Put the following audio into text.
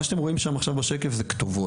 מה שאתם רואים שם עכשיו בשקף זה כתובות.